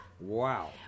Wow